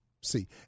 see